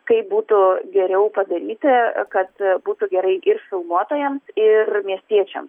kaip būtų geriau padaryti kad būtų gerai ir filmuotojams ir miestiečiams